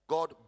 God